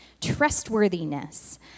trustworthiness